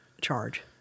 charge